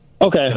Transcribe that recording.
okay